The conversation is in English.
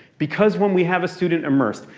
because when we have a student immersed.